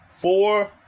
four